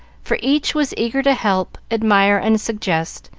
for each was eager to help, admire, and suggest,